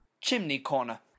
chimney-corner